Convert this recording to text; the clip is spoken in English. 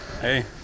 hey